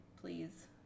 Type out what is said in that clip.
please